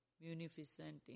munificent